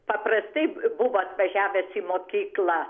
paprastai buvo atvažiavęs į mokyklą